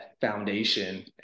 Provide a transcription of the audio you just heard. foundation